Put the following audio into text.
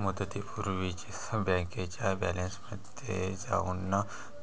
मुदतीपूर्वीच बँकेच्या बॅलन्समध्ये जाऊन